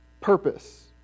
purpose